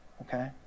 okay